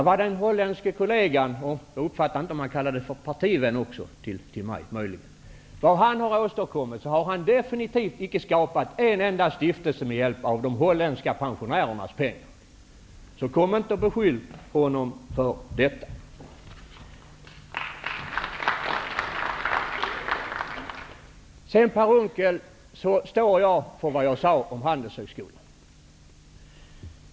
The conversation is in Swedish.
Vad den holländske kollegan -- möjligen var han också partivän till mig; det uppfattade jag inte riktigt -- än har åstadkommit så har han definitivt inte skapat en enda stiftelse med hjälp av de holländska pensionärernas pengar. Beskyll honom inte för det! Jag står för vad jag sade om Handelshögskolan.